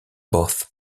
both